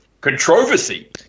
controversy